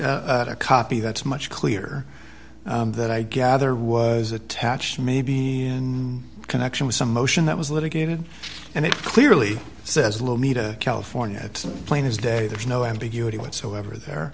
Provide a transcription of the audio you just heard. a copy that's much clear that i gather was attached maybe in connection with some motion that was litigated and it clearly says lomita california it plain as day there's no ambiguity